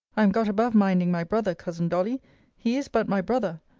i am got above minding my brother, cousin dolly he is but my brother.